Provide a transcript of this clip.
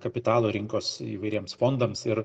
kapitalo rinkos įvairiems fondams ir